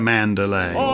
Mandalay